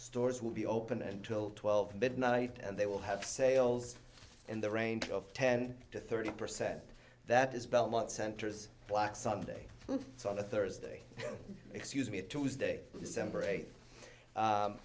stores will be open until twelve midnight and they will have sales in the range of ten to thirty percent that is belmont center's black sunday so on the thursday excuse me tuesday december eight